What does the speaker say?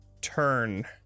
turn